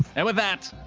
and with that.